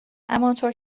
همانطور